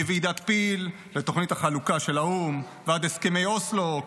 מוועדת פיל לתוכנית החלוקה של האו"ם ועד הסכמי אוסלו,